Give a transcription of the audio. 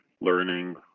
learning